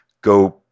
go